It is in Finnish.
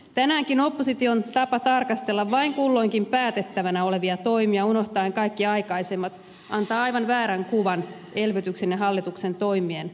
tänäänkin opposition tapa tarkastella vain kulloinkin päätettävänä olevia toimia unohtaen kaikki aikaisemmat antaa aivan väärän kuvan elvytyksen ja hallituksen toimien kokoluokasta